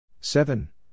Seven